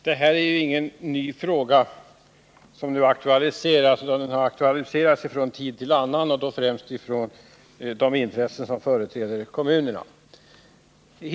Herr talman! Det är ingen ny fråga som nu aktualiseras, utan den har aktualiserats från tid till annan och då främst av dem som företräder kommunernas intressen.